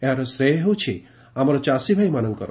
ଏହାର ଶ୍ରେୟ ହେଉଛି ଆମର ଚାଷୀଭାଇମାନଙ୍କର